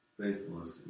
faithfulness